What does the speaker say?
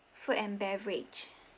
food and beverage